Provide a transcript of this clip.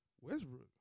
Westbrook